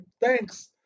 Thanks